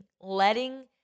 letting